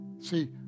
See